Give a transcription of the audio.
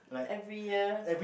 every year